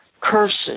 curses